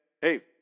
Hey